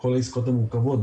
כל העסקאות המורכבות,